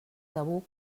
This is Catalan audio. tabú